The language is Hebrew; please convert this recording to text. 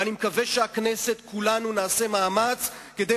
ואני מקווה שכולנו בכנסת נעשה מאמץ כדי